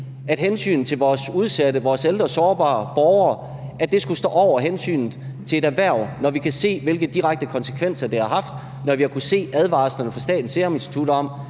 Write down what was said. at hensynet til vores udsatte og vores ældre sårbare borgere skulle stå over hensynet til et erhverv, når vi kan se, hvilke direkte konsekvenser det har haft, og når vi har kunnet se advarslerne fra Statens Serum Institut om,